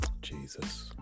Jesus